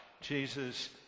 Jesus